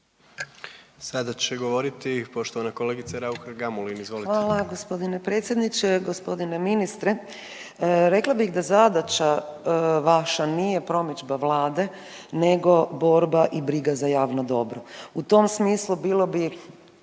Gamulin. Izvolite. **Raukar-Gamulin, Urša (Možemo!)** Hvala g. predsjedniče. Gospodine ministre. Rekla bih da zadaća vaša nije promidžba Vlade nego borba i briga za javno dobro. U tom smislu bilo bi